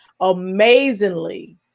amazingly